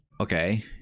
Okay